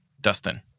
dustin